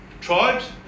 tribes